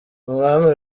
umwami